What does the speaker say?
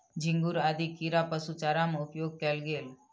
झींगुर आदि कीड़ा पशु चारा में उपयोग कएल गेल